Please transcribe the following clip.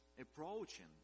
approaching